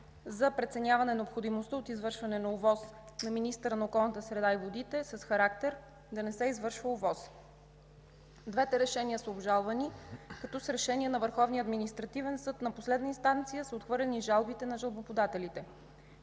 за преценяване необходимостта от извършване на ОВОС на министъра на околната среда и водите – с характер да не се извършва ОВОС. Двете решения са обжалвани, като с решение на Върховния административен съд на последна инстанция са отхвърлени жалбите на жалбоподателите.